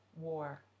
war